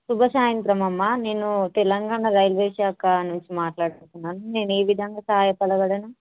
శుభ సాయంత్రం అమ్మా నేను తెలంగాణ రైల్వే శాఖ నుంచి మాట్లాడుతున్నాను నేను ఏ విధంగా సహాయ పడగలను